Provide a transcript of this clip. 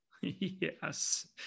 Yes